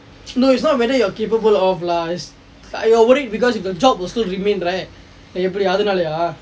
no it's not whether you're capable of lah you're worried because you got job also remain right எப்படி அதனாலேயே:eppadi athanalelyaa